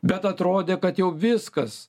bet atrodė kad jau viskas